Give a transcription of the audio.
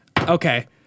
okay